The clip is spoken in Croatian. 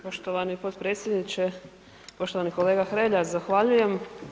Poštovani potpredsjedniče, poštovani kolega Hrelja zahvaljujem.